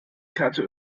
karte